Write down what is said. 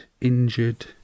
injured